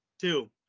Two